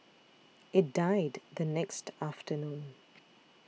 it died the next afternoon